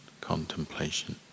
contemplation